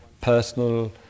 personal